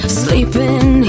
sleeping